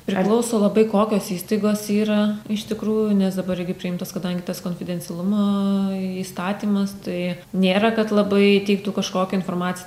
priklauso labai kokios įstaigos yra iš tikrųjų nes dabar irgi priimtas kadangi tas konfidencialumo įstatymas tai nėra kad labai teiktų kažkokią informaciją